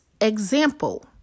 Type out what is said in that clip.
Example